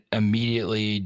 immediately